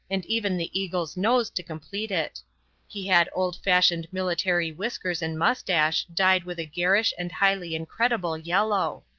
and even the eagle's nose to complete it he had old-fashioned military whiskers and moustache dyed with a garish and highly incredible yellow.